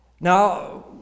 Now